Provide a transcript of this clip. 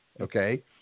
okay